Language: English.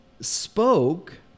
spoke